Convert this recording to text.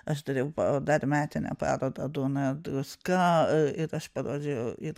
aš turėjau pa dar metinę parodą duona ir druska ir aš parodžiau ir